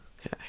okay